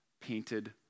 painted